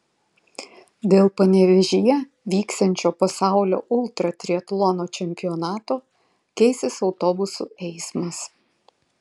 dėl panevėžyje vyksiančio pasaulio ultratriatlono čempionato keisis autobusų eismas